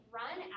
run